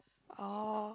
oh